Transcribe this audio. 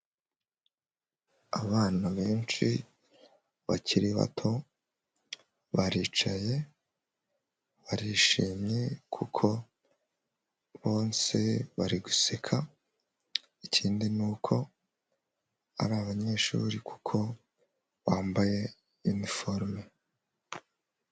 Abana benshi bakiri bato baricaye, barishimye, kuko bonse, bari guseka, ikindi ni uko ari abanyeshuri, kuko bambaye iniforume.